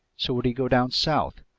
so would he go down south?